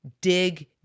Dig